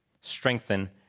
strengthen